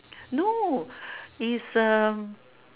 no is a